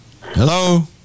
Hello